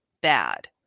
bad